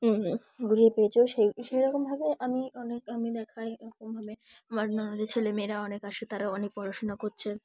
ঘুরিয়ে পেয়েছও সেই সেইরকমভাবে আমি অনেক আমি দেখাই এরকমভাবে আমার নদের ছেলেমেয়েরা অনেক আসে তারাও অনেক পড়াশোনা করছেন